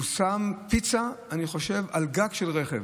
הוא שם פיצה, אני חושב, על גג של רכב,